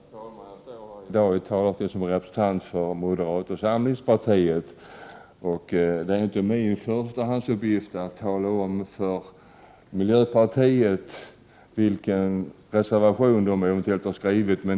Herr talman! Jag står i dag i talarstolen som representant för moderata samlingspartiet. Det är inte min förstahandsuppgift att tala om för miljöpartiet vilken reservation de eventuellt har skrivit.